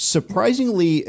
Surprisingly